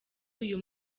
uyu